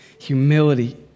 humility